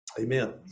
amen